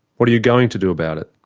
what are you going to do about it?